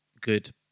good